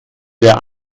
der